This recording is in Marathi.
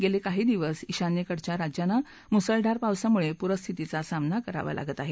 गेले काही दिवस ईशान्येकडल्या राज्यांना मुसळधार पावसामुळे पुरस्थितीचा सामना करावा लागत आहे